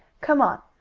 come on,